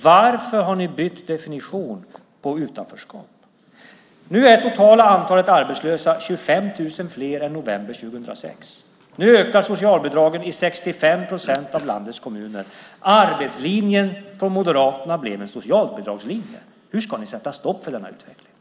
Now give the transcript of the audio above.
Varför har ni bytt definition på utanförskap? Nu är det totala antalet arbetslösa 25 000 fler än i november 2006. Socialbidragen ökar i 65 procent av landets kommuner. Arbetslinjen från Moderaterna blev en socialbidragslinje. Hur ska ni sätta stopp för den utvecklingen?